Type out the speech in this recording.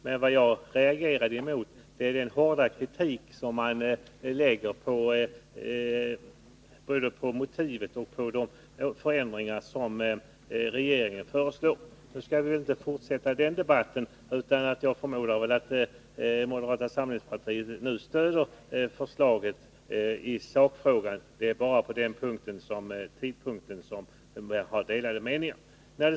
Vad jag har reagerat mot är den hårda kritik som riktas mot både motivet och de förändringar som regeringen föreslår. Nu skall vi inte fortsätta den debatten, utan jag förmodar att moderata samlingspartiet stöder förslaget i sakfrågan. Det är bara i fråga om tidpunkten som vi har delade meningar.